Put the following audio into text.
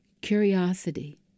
curiosity